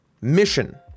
Mission